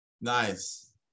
Nice